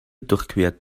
durchquert